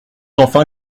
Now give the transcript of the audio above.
enfin